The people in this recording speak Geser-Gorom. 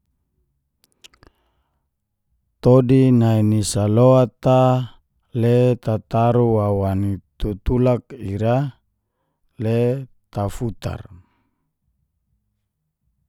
Todi nai nini salot a, le tataru wawa ni tutulak ira le tafutar